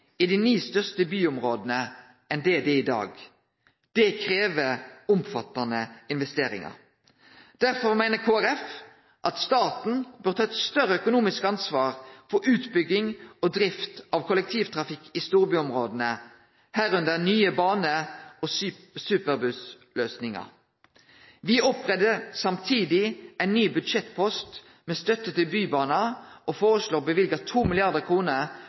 i dei ni største byområda enn det det er i dag. Det krev omfattande investeringar. Derfor meiner Kristeleg Folkeparti at staten bør ta eit større økonomisk ansvar for utbygging og drift av kollektivtrafikk i storbyområda, bl.a. nye bane- og superbussløysingar. Me opprettar samtidig ein ny budsjettpost med støtte til bybanar og foreslår